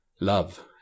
love